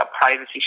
Privacy